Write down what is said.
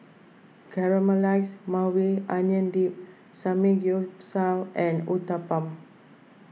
Caramelized Maui Onion Dip Samgyeopsal and Uthapam